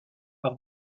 par